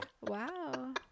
wow